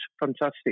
fantastic